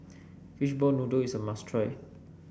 Fishball Noodle is a must try